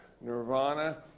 Nirvana